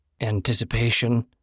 anticipation